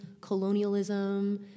colonialism